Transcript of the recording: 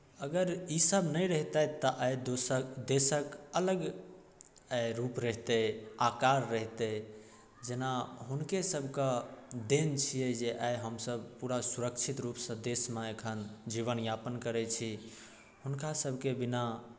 अगर ईसभ नहि रहितथि तऽ आइ दोशक देशक अलग आइ रूप रहितै आकार रहितै जेना हुनकेसभके देन छियै जे आइ हमसभ पूरा सुरक्षित रूपसँ देशमे एखन जीवन यापन करैत छी हुनकासभके बिना